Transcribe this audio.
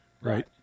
Right